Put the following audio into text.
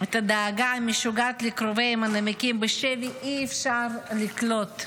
את הדאגה המשוגעת לקרוביהן הנמקים בשבי אי-אפשר לקלוט.